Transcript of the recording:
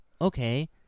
okay